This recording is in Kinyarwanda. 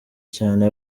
cyane